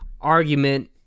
argument